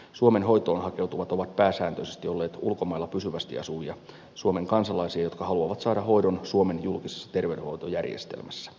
suomeen hoitoon hakeutuvat ovat pääsääntöisesti olleet ulkomailla pysyvästi asuvia suomen kansalaisia jotka haluavat saada hoidon suomen julkisessa terveydenhuoltojärjestelmässä